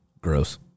Gross